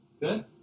Good